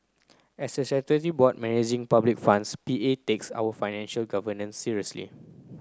as a statutory board managing public funds P A takes our financial governance seriously